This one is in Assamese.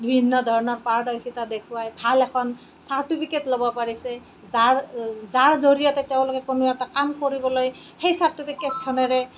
বিভিন্ন ধৰণৰ পাৰদৰ্শিতা দেখুৱাই ভাল এখন চাৰ্টিফিকেট ল'ব পাৰিছে যাৰ যাৰ জৰিয়তে তেওঁলোকে কোনো এটা কাম কৰিবলৈ সেই চাৰ্টিফিকেটখনেৰে